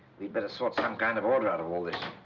we'd better sort some kind of order out of all this.